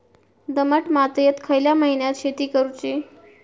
दमट मातयेत खयल्या महिन्यात शेती करुची?